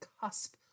cusp